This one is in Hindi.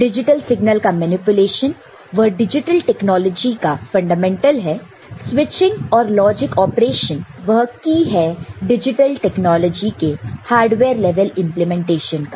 डिजिटल सिग्नल का मैनिपुलेशन वह डिजिटल टेक्नोलॉजी का फंडामेंटल है स्विचिंग और लॉजिक ऑपरेशन वह की है डिजिटल टेक्नोलॉजी के हार्डवेयर लेवल इंप्लीमेंटेशन का